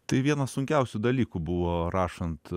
tai vienas sunkiausių dalykų buvo rašant